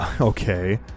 Okay